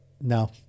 No